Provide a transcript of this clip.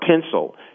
pencil